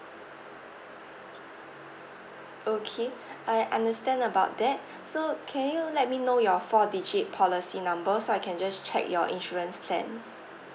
okay I understand about that so can you let me know your four digit policy number so I can just check your insurance plan